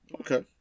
Okay